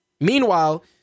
meanwhile